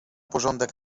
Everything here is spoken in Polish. porządek